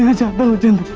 shamboo did.